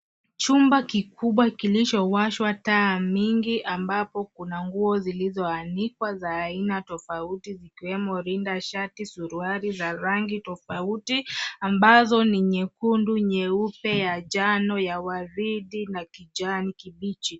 Chumba kikubwa kilichowashwa taa mingi ambapo kuna nguo zilizoanikwa za aina tofauti zikiwemo linda, shati, suruali za rangi tofauti ambazo ni nyekundu, nyeupe, ya jano, ya waridi na kijani kibichi.